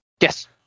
Yes